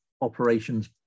operations